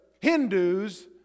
Hindus